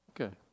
Okay